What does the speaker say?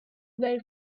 very